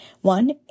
one